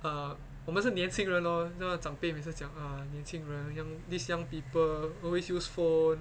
uh 我们是年轻人 lor 就让长辈每次讲啊年轻人 young these young people always use phone